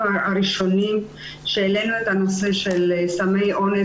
הראשונים שהעלו את הנושא של סמי אונס.